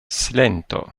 silento